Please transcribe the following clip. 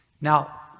Now